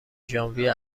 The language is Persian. ژانویه